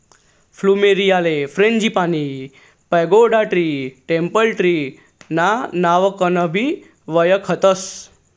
फ्लुमेरीयाले frangipani, pagoda tree, temple tree ना नावकनबी वयखतस